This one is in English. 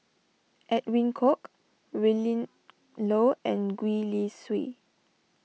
Edwin Koek Willin Low and Gwee Li Sui